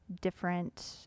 different